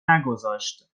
نگذاشت